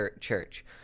Church